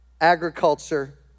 agriculture